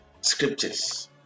scriptures